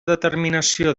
determinació